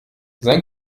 sein